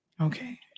Okay